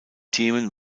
themen